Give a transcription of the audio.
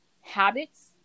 habits